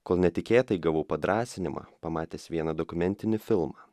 kol netikėtai gavau padrąsinimą pamatęs vieną dokumentinį filmą